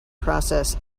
process